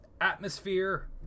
atmosphere